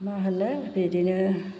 मा होनो बिदिनो